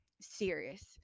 serious